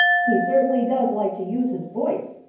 he certainly does like to use his voice.